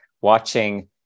watching